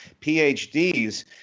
PhDs